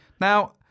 Now